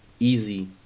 Easy